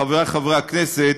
חברי חברי הכנסת,